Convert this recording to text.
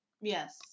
Yes